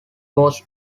was